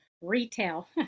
retail